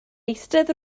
eistedd